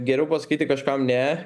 geriau pasakyti kažkam ne